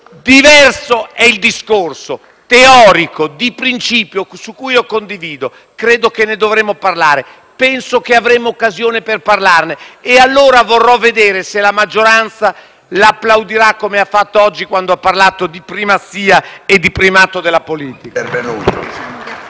Diverso è il discorso, teorico, di principio, di cui - lo condivido - dovremmo parlare. Penso che avremo occasione per farlo e allora vorrò vedere se la maggioranza applaudirà, come ha fatto oggi quando si è parlato di primazia e di primato della politica.